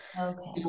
Okay